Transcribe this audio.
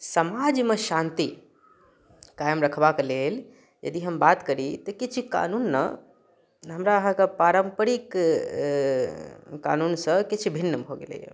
समाजमे शान्ति कायम रखबाक लेल यदि हम बात करी तऽ किछु कानूनने हमरा अहाँके पारम्परिक कानूनसँ किछु भिन्न भऽ गेलैय